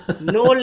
No